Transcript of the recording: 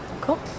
Cool